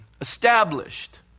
established